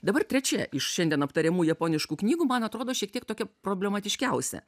dabar trečia iš šiandien aptariamų japoniškų knygų man atrodo šiek tiek tokia problematiškiausia